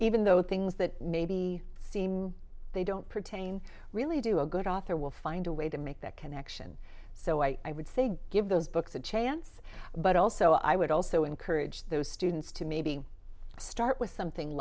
even though the things that maybe seem they don't pertain really do a good author will find a way to make that connection so i would say give those books a chance but also i would also encourage those students to maybe start with something